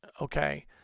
okay